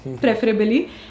preferably